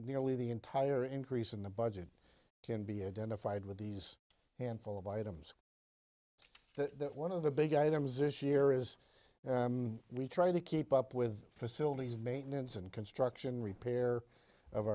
nearly the entire increase in the budget can be identified with these handful of items that one of the big items issue here is we try to keep up with facilities maintenance and construction repair of